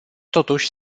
totuși